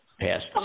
passed